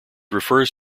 refers